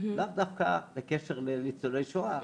לאו דווקא בהקשר לניצולי שואה,